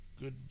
good